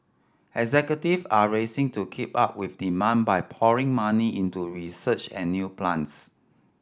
executive are racing to keep up with demand by pouring money into research and new plants